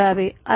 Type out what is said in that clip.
आता जर